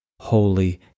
holy